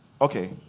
Okay